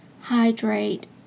hydrate